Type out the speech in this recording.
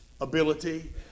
ability